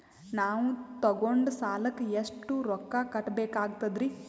ನಾವು ತೊಗೊಂಡ ಸಾಲಕ್ಕ ಎಷ್ಟು ರೊಕ್ಕ ಕಟ್ಟಬೇಕಾಗ್ತದ್ರೀ?